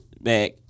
back